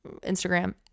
Instagram